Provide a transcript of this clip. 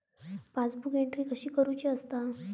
Passbook entry कशी करुची असता?